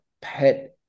pet